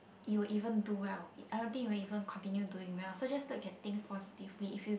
you will even do well I don't think you'll even continue doing well so just look at things positively if you